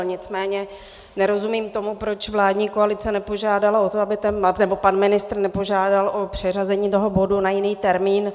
Nicméně nerozumím tomu, proč vládní koalice nepožádala o to, nebo pan ministr nepožádal o přeřazení toho bodu na jiný termín.